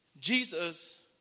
Jesus